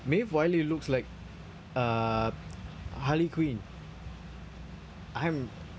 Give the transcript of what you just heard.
maeve wiley looks like uh harley quinn I'm